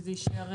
שזה יישאר,